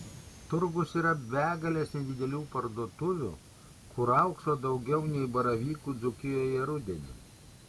turgus yra begalės nedidelių parduotuvių kur aukso daugiau nei baravykų dzūkijoje rudenį